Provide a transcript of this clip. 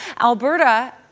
Alberta